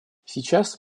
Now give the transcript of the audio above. сейчас